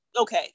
Okay